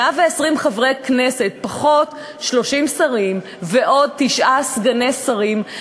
120 חברי כנסת פחות 30 שרים ועוד תשעה סגני שרים,